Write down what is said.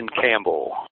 Campbell